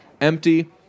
empty